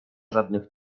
żadnych